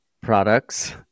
products